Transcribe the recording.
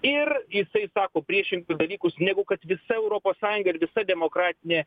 ir jisai sako priešingus dalykus negu kad visa europos sąjunga ir visa demokratinė